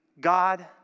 God